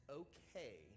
okay